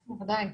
בוודאי.